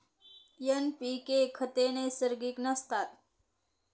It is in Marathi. एन.पी.के खते नैसर्गिक नसतात